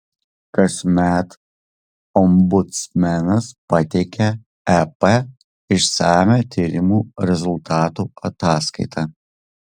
kasmet ombudsmenas pateikia ep išsamią tyrimų rezultatų ataskaitą